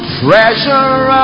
treasure